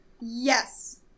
Yes